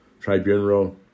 Tribunal